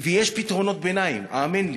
יש פתרונות ביניים, האמן לי.